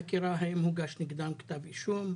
החקירה, האם הוגש נגדם כתב אישום?